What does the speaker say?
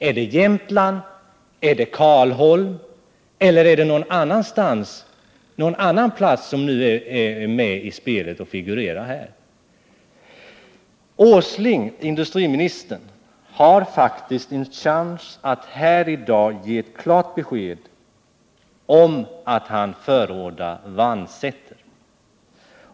Är det Jämtland, är det Karlsholmsbruk eller någon annan plats som nu är med och figurerar i spelet? Industriminister Åsling har chans att här i dag ge klart besked om att han förordar Vannsäter.